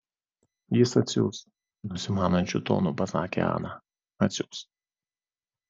jis atsiųs nusimanančiu tonu pasakė ana atsiųs